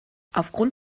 aufgrund